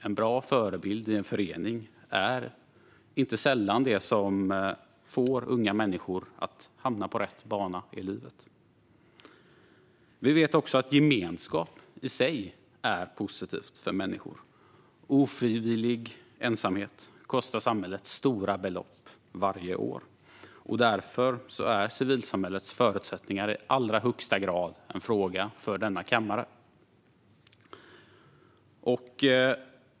En bra förebild i en förening är inte sällan det som får unga människor att hamna på rätt bana i livet. Vi vet också att gemenskap i sig är positivt för människor. Ofrivillig ensamhet kostar samhället stora belopp varje år. Därför är civilsamhällets förutsättningar i allra högsta grad en fråga för denna kammare.